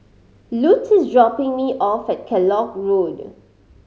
Lute is dropping me off at Kellock Road